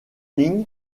ling